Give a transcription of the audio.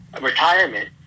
retirement